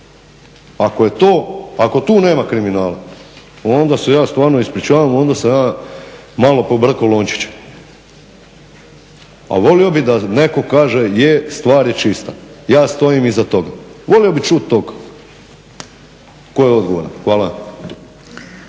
Ako je to, ako tu nema kriminala, onda se ja stvarno ispričavam, onda sam ja malo pobrkao lončiće. A volio bih da netko kaže je, stvar je čista, ja stojim iza toga. Volio bih čuti tog tko je odgovoran. Hvala.